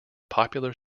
popular